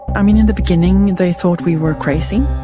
i mean, in the beginning they thought we were crazy,